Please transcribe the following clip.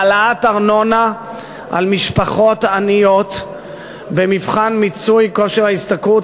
העלאת ארנונה למשפחות עניות לפי מבחן מיצוי כושר ההשתכרות,